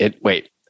Wait